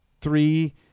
Three